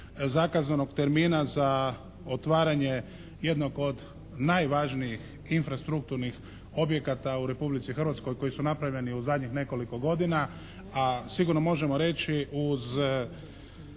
zakazanog termina za otvaranje jednog od najvažnijih infrastrukturnih objekata u Republici Hrvatskoj koji su napravljeni u zadnjih nekoliko godina, a sigurno možemo reći uz